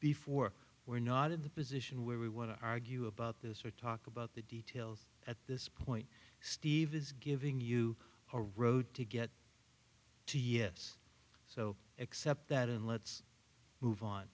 before we're not in the position where we want to argue about this or talk about the details at this point steve is giving you a road to get to yes so accept that and let's move on